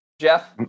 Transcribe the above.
Jeff